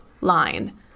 line